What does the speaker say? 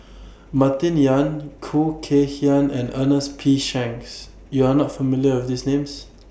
Martin Yan Khoo Kay Hian and Ernest P Shanks YOU Are not familiar with These Names